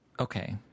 Okay